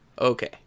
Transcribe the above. okay